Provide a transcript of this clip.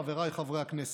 חבריי חברי הכנסת,